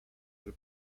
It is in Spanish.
del